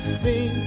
see